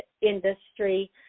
industry